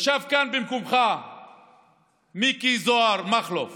ישב כאן במקומך מיקי זוהר מכלוף